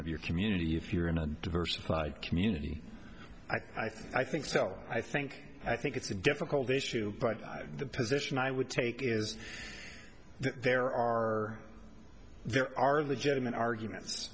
of your community if you're in a diverse community i think i think so i think i think it's a difficult issue but the position i would take is there are there are legitimate argument